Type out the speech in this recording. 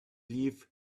leave